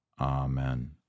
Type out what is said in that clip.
Amen